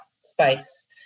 space